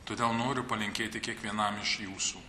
todėl noriu palinkėti kiekvienam iš jūsų